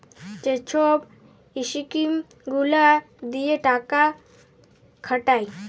যে ছব ইস্কিম গুলা দিঁয়ে টাকা খাটায়